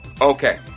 okay